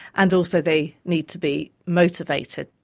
and also they need to be motivated.